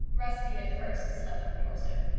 rusty at first slept on the doorstep.